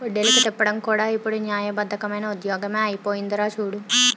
వడ్డీలకి తిప్పడం కూడా ఇప్పుడు న్యాయబద్దమైన ఉద్యోగమే అయిపోందిరా చూడు